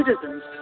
citizens